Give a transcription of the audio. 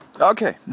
Okay